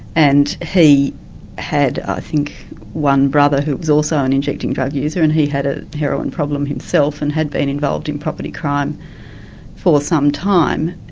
and he had i think one brother who was also an injecting drug user, and he had a heroin problem himself, and had been involved in property crime for some time.